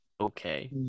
Okay